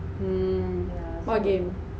mm what game